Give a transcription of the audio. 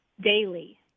daily